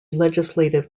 legislative